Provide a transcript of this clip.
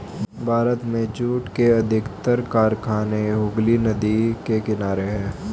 भारत में जूट के अधिकतर कारखाने हुगली नदी के किनारे हैं